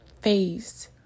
phase